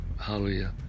Hallelujah